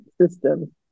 system